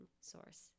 source